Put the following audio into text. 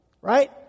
Right